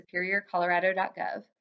superiorcolorado.gov